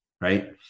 right